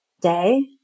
day